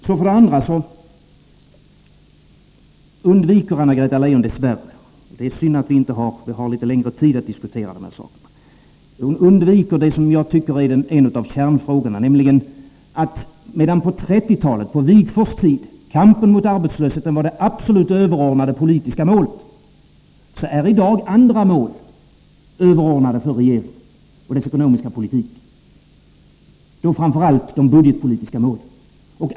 Anna-Greta Leijon undviker dess värre — det är synd att vi inte har litet längre tid att diskutera de här sakerna — det som jag tycker är en av kärnfrågorna, nämligen att medan på 1930-talet, på Wigforss tid, kampen mot arbetslösheten var det absolut överordnade politiska målet, är i dag andra mål överordnade för regeringen och dess ekonomiska politik, framför allt de budgetpolitiska målen.